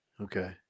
Okay